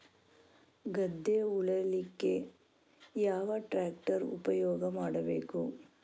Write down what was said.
ಗದ್ದೆ ಉಳಲಿಕ್ಕೆ ಯಾವ ಟ್ರ್ಯಾಕ್ಟರ್ ಉಪಯೋಗ ಮಾಡಬೇಕು?